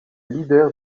leader